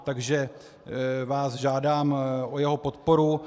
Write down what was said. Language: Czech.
Takže vás žádám o jeho podporu.